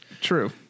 True